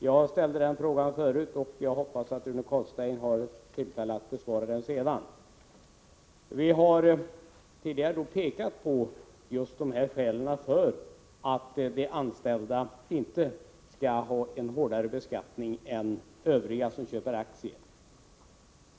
Jag ställde en fråga om detta tidigare, och jag hoppas att Rune Carlstein har tillfälle att besvara den senare. Vi har i centerpartiet tidigare pekat på just dessa skäl för att de anställda inte skall beskattas hårdare än övriga som köper aktier.